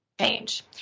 change